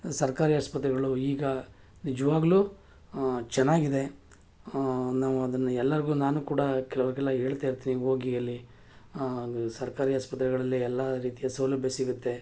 ಸರ್ಕಾರಿ ಆಸ್ಪತ್ರೆಗಳು ಈಗ ನಿಜವಾಗ್ಲೂ ಚೆನ್ನಾಗಿದೆ ನಾವು ಅದನ್ನು ಎಲ್ಲರಿಗೂ ನಾನು ಕೂಡ ಕೆಲವ್ರಿಗೆಲ್ಲ ಹೇಳ್ತಾಯಿರ್ತೀನಿ ಹೋಗಿ ಅಲ್ಲಿ ಸರ್ಕಾರಿ ಆಸ್ಪತ್ರೆಗಳಲ್ಲಿ ಎಲ್ಲ ರೀತಿಯ ಸೌಲಭ್ಯ ಸಿಗುತ್ತೆ